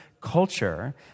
culture